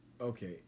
okay